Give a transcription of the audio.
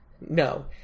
No